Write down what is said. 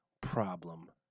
problem